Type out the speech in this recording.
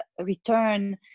return